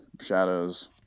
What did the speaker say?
shadows